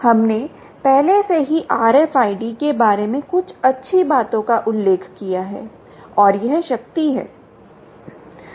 हमने पहले से ही RFID के बारे में कुछ अच्छी बातों का उल्लेख किया है और यह शक्ति है